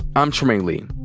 i'm trymaine lee.